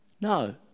No